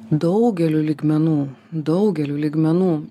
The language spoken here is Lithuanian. daugeliu lygmenų daugeliu lygmenų